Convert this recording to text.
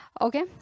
okay